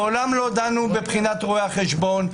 מעולם לא דנו בבחינת רואי החשבון,